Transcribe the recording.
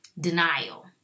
denial